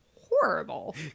horrible